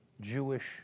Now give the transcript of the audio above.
Jewish